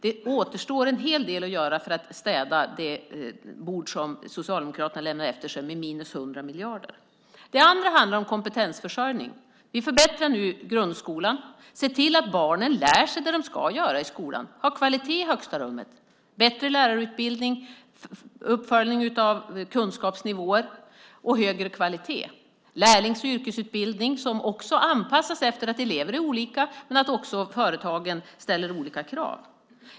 Det återstår en hel del att göra för att städa det bord som Socialdemokraterna lämnade efter sig med minus 100 miljarder. Det andra handlar om kompetensförsörjning. Vi förbättrar nu grundskolan. Vi ser till att barnen lär sig det de ska lära sig i skolan. Vi har kvalitet i främsta rummet. Vi har bättre lärarutbildning, uppföljning av kunskapsnivåer och högre kvalitet. Vi har lärlings och yrkesutbildning som anpassas efter att elever är olika och efter att också företag ställer olika krav.